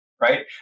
right